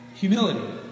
Humility